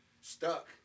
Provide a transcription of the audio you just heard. stuck